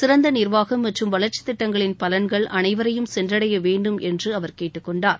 சிறந்த நிர்வாகம் மற்றும் வளர்ச்சித்திட்டங்களின் பலன்கள் அனைவரையும் சென்றடைய வேண்டும் என்று அவர் கேட்டுக் கொண்டார்